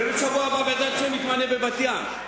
ובשבוע הבא יתמנה בעזרת השם בבת-ים.